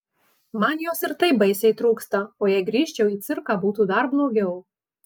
man jos ir taip baisiai trūksta o jei grįžčiau į cirką būtų dar blogiau